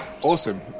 awesome